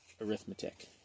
arithmetic